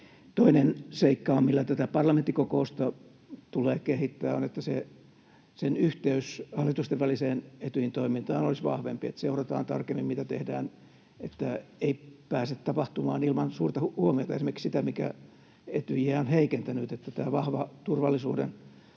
Toinen seikka, millä tätä parlamenttikokousta tulee kehittää, on se, että sen yhteys hallitustenväliseen Etyjin toimintaan olisi vahvempi, niin että seurataan tarkemmin, mitä tehdään, jotta ei pääse tapahtumaan ilman suurta huomiota esimerkiksi sitä, mikä Etyjiä on heikentänyt, että vahva turvallisuuden edistäminen